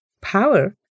power